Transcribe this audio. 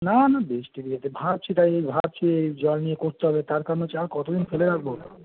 না না বৃষ্টি ইয়েতে ভাবছি তাই এই ভাবছি এই জল নিয়ে করতে হবে তার কারণ হচ্ছে আর কতদিন ফেলে রাখবো